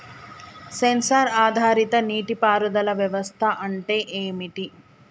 Censor ఆధారిత నీటి పారుదల వ్యవస్థ అంటే ఏమిటి?